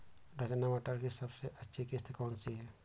रचना मटर की सबसे अच्छी किश्त कौन सी है?